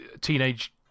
teenage